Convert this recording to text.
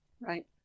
right